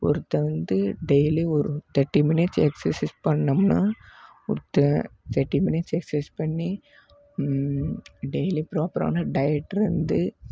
ஒருத்தன் வந்து டெய்லியும் ஒரு தேர்ட்டி மினிட்ஸ் எக்ஸசைஸ் பண்ணோம்னால் ஒருத்தன் தேர்ட்டி மினிட்ஸ் எக்ஸசைஸ் பண்ணி டெய்லியும் ப்ராப்பரான டயட்டில் இருந்து